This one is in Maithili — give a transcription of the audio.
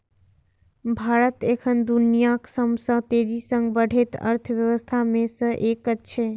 भारत एखन दुनियाक सबसं तेजी सं बढ़ैत अर्थव्यवस्था मे सं एक छै